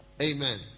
amen